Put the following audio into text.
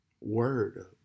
word